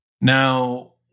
Now